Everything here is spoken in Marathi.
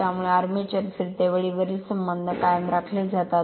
त्यामुळे आर्मेचर फिरतेवेळी वरील संबंध कायम राखले जातात